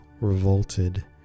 revolted